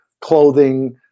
clothing